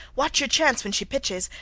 watch your chance when she pitches.